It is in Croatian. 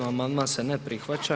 Amandman se ne prihvaća.